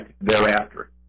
thereafter